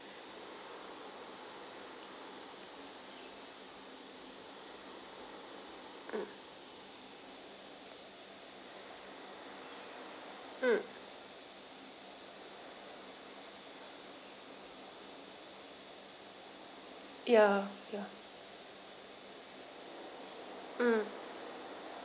mm mm ya ya mm